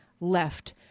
left